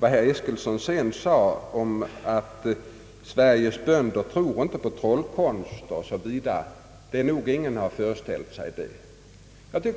Herr Eskilsson sade att Sveriges bönder inte tror på trollkonster o.s.v. Ingen har föreställt sig det.